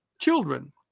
children